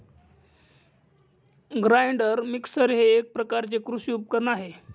grinder mixer हे एक प्रकारचे कृषी उपकरण आहे